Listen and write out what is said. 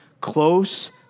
close